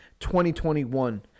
2021